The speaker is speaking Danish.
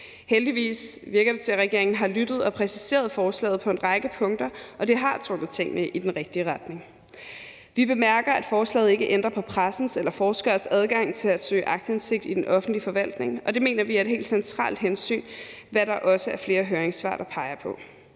Heldigvis virker det, som om regeringen har lyttet og præciseret forslaget på en række punkter, og det har trukket tingene i den rigtige retning. Vi bemærker, at forslaget ikke ændrer på pressens eller forskeres adgang til at søge aktindsigt i den offentlige forvaltning, og det mener vi er et helt centralt hensyn, hvad der også er flere høringssvar der peger på.